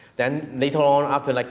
then, later on, after, like